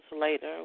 later